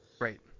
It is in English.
Right